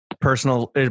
personal